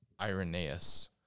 Irenaeus